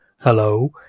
Hello